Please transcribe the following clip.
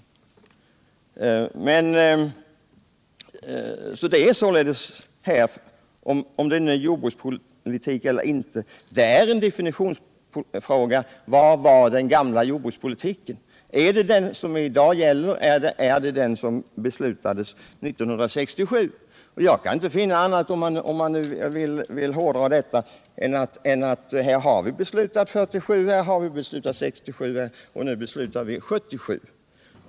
Om detta är en ny jordbrukspolitik eller inte är en definitionsfråga. Vilken är den gamla jordbrukspolitiken? Är det den som gäller i dag eller är det den som beslutades 1967? Om man nu vill hårdra detta kan jag inte finna annat än att vi fattade beslut på detta område 1947 och 1967.